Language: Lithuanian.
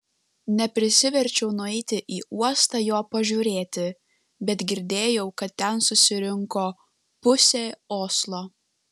neprisiverčiau nueiti į uostą jo pažiūrėti bet girdėjau kad ten susirinko pusė oslo